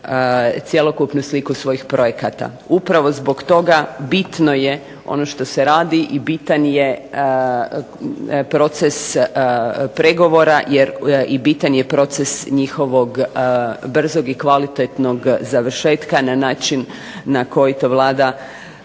cjelokupnu sliku svojih projekata. Upravo zbog toga bitno je ono što se radi i bitan je proces pregovora i bitan je proces njihovog brzog i kvalitetnog završetka na način na koji to Vlada